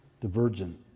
divergent